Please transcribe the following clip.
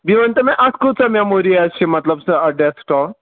بیٚیہِ ؤنۍ تَو مےٚ اَتھ کۭژاہ میموری آسہِ یہِ مطلب اَتھ ڈیسک ٹاپ